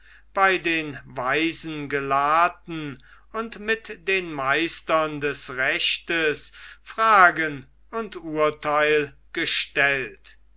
bei den weisen gelahrten und mit den meistern des rechtes fragen und urteil gestellt